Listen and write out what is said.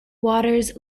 waters